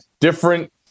different